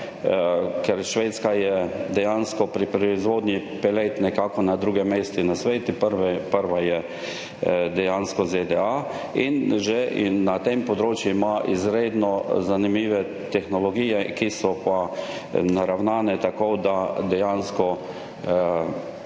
je Švedska dejansko pri proizvodnji peletov na drugem mestu na svetu, prve so ZDA, in na tem področju imajo izredno zanimive tehnologije, ki so pa naravnane tako, da dejansko